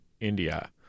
India